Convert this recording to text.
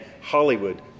Hollywood